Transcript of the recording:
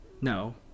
no